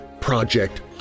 Project